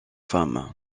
femme